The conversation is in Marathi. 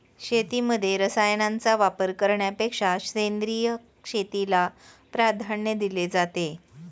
शेतीमध्ये रसायनांचा वापर करण्यापेक्षा सेंद्रिय शेतीला प्राधान्य दिले जाते